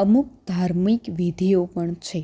અમુક ધાર્મિક વિધિઓ પણ છે